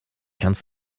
kannst